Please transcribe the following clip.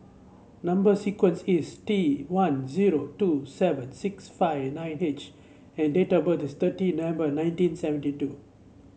number sequence is T one zero two seven six five nine H and date of birth is thirty November nineteen seventy two